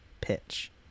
pitch